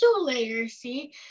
literacy